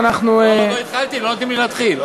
לי להתחיל.